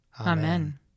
Amen